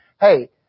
Hey